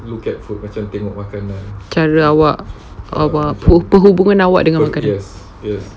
cara awak awak perhubungan dengan makan